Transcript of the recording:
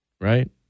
Right